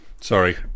Sorry